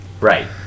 Right